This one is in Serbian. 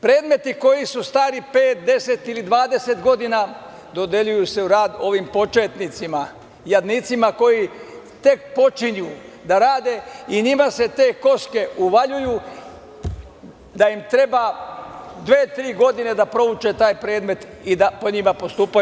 Predmeti koji su stari 5, 10 ili 20 godina dodeljuju se u rad ovim početnicima, jadnicima koji tek počinju da rade i njima se te koske uvaljuju, da im treba dve-tri godine da prouče te predmete i da po njima postupaju.